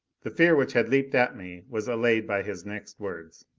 the fear which had leaped at me was allayed by his next words.